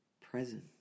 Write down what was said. present